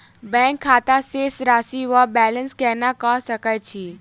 Bank खाता शेष राशि वा बैलेंस केना कऽ सकय छी?